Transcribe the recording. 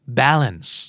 balance